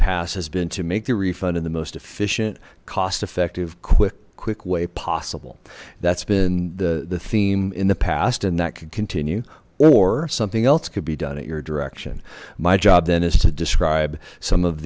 past has been to make the refund in the most efficient cost effective quick quick way possible that's been the the theme in the past and that could continue or something else could be done at your direction my job then is to describe some of